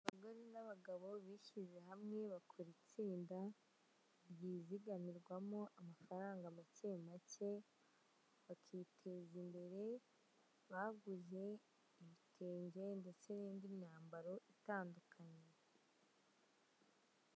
Abagore n'abagabo bishyize hamwe bakora itsinda ryizigamirwamo amafaranga make make bakiteza imbere. Baguze ibitenge ndetse n'indi myambaro itandukanye.